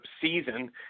season